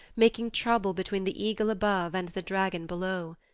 making trouble between the eagle above and the dragon below.